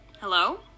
hello